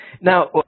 Now